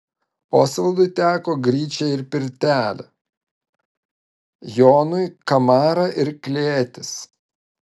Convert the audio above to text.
osvaldui teko gryčia ir pirtelė jonui kamara ir klėtis